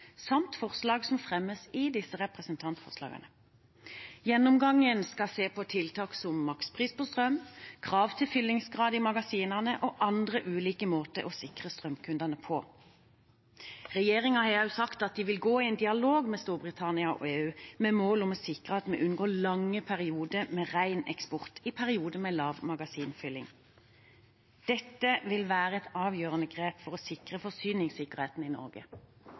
samt forslag som fremmes i disse representantforslagene. Gjennomgangen skal se på tiltak som makspris på strøm, krav til fyllingsgrad i magasinene og andre ulike måter å sikre strømkundene på. Regjeringen har også sagt at de vil gå i en dialog med Storbritannia og EU med mål om å sikre at vi unngår lange perioder med ren eksport i perioder med lav magasinfylling. Dette vil være et avgjørende grep for sikre forsyningssikkerheten i Norge.